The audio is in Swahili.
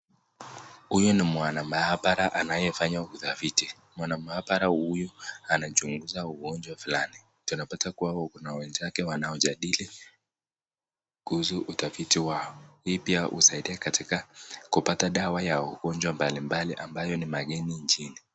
Huyu ni mwana maabara anayefanya utafiti mwana maabara huyu anachunguza ugonjwa fulani ,tunapata kuwa kuna wenzake wanaojadili kuhusu utafiti wao hii pia husaidia katika kupata dawa ya ugonjwa mbali mbali ambayo ni mageni nchini.